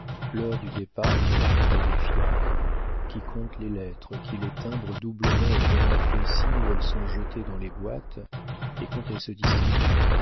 l'heure du départ et de l'arrivée des fiacres qui compte les lettres qui les timbre doublement au moment précis où elles sont jetées dans les boîtes et quand elles se distribuent